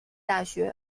大学